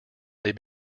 they